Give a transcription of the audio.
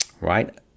Right